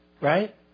Right